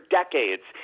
decades